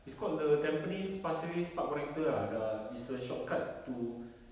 it's called the tampines pasir ris park connector ah the it's a shortcut to